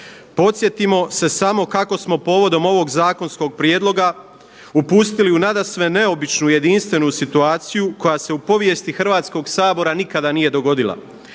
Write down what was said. Podsjetimo se samo kako smo povodom ovog zakonskog prijedloga upustili u nadasve neobičnu, jedinstvenu situacija koja se u povijesti Hrvatskoga sabora nikada nije dogodila.